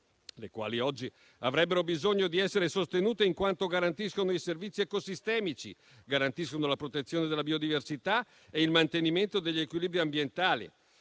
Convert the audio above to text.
popolazioni avrebbero bisogno oggi di essere sostenute in quanto garantiscono i servizi ecosistemici, la protezione della biodiversità e il mantenimento degli equilibri ambientali.